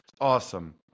Awesome